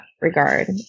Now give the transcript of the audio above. regard